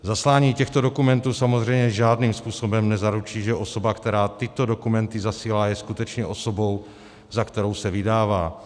Zaslání těchto dokumentů samozřejmě žádným způsobem nezaručí, že osoba, která tyto dokumenty zasílá, je skutečně osobou, za kterou se vydává.